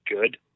good